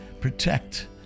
protect